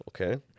okay